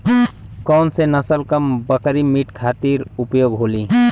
कौन से नसल क बकरी मीट खातिर उपयोग होली?